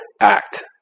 act